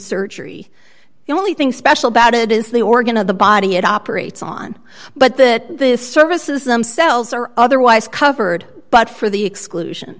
surgery the only thing special about it is the organ of the body it operates on but that this services themselves are otherwise covered but for the exclusion